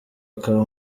akaba